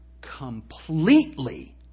completely